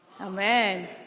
Amen